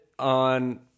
on